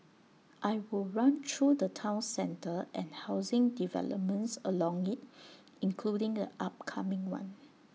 I will run through the Town centre and housing developments along IT including the upcoming one